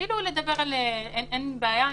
אפילו, מבחינתי,